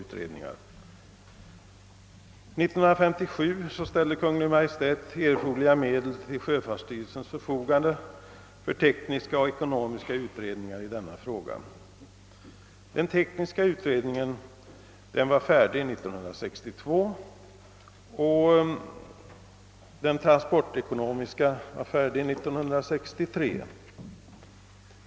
År 1957 ställde Kungl. Maj:t erforderliga medel till sjöfarisstyrelsens förfogande för tekniska och ekonomiska utredningar i denna fråga. Den tekniska utredningen var färdig år 1962 och den transportekonomiska år 1963.